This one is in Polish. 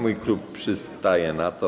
Mój klub przystaje na to.